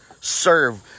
serve